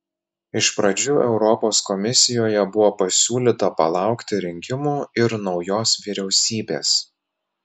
iš pradžių europos komisijoje buvo pasiūlyta palaukti rinkimų ir naujos vyriausybės